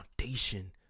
foundation